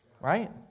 Right